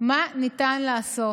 מה ניתן לעשות.